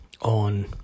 on